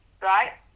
right